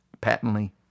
Patently